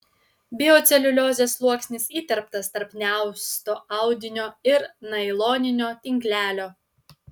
bioceliuliozės sluoksnis įterptas tarp neausto audinio ir nailoninio tinklelio